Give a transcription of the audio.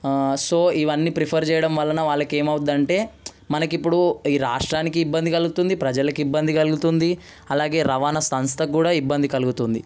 so ఇవన్నీ prefer చేయడం వలన వాళ్ళకి ఏమవుతుందంటే ఈ రాష్ట్రానికి ఇబ్బంది కలుగుతుంది ప్రజలకు ఇబ్బంది కలుగుతుంది అలాగే రవాణా సంస్థ కూడా ఇబ్బంది కలుగుతుంది